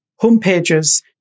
homepages